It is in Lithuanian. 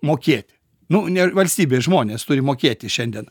mokėti nu ne valstybė žmonės turi mokėti šiandien